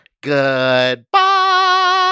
Goodbye